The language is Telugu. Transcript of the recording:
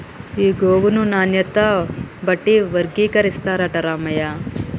ఈ గోగును నాణ్యత బట్టి వర్గీకరిస్తారట రామయ్య